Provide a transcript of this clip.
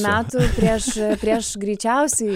metų prieš prieš greičiausiai